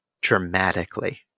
dramatically